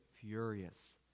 furious